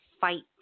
fight